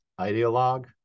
ideologue